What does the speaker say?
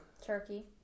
Turkey